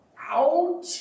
out